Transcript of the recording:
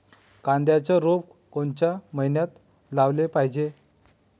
कांद्याचं रोप कोनच्या मइन्यात लावाले पायजे?